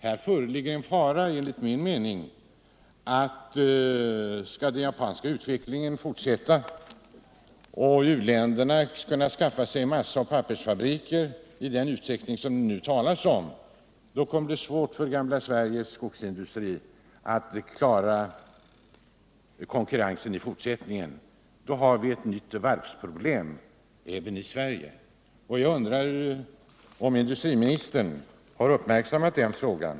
Här föreligger en fara enligt min mening, att om den japanska utvecklingen fortsätter och u-länderna skaffar sig massaoch pappersfabriker i den utsträckning det nu talas om, kommer det att bl: svårt för gamla Sveriges skogsindustri att klara konkurrensen i fortsättningen. Då har vi ett nytt varvsproblem i Sverige. Jag undrar om industriministern har uppmärksammat den frågan.